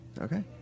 Okay